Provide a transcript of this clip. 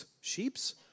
Sheeps